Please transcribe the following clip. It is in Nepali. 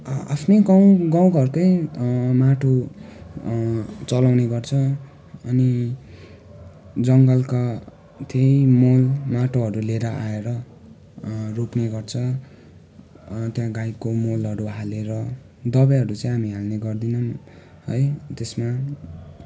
आआफ्नै गाउँ गाउँघरकै माटो चलाउने गर्छौँ अनि जङ्गलका त्यही मलमाटोहरू लिएर आएर रोप्ने गर्छौँ त्यहाँ गाईको मलहरू हालेर दबाईहरू चाहिँ हामी हाल्ने गर्दैनौँ है त्यसमा